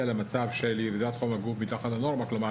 למצב של ירידת חום הגוף מתחת לנורמה כלומר,